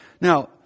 now